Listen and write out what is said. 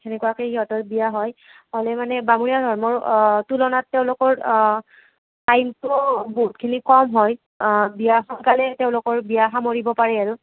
তেনেকুৱাকে সিহঁতৰ বিয়া হয় হ'লে মানে বামুণীয়া ধৰ্মৰ তুলনাত তেওঁলোকৰ টাইমটো বহুতখিনি কম হয় বিয়া সোনকালেই তেওঁলোকৰ বিয়া সামৰিব পাৰে আৰু